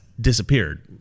disappeared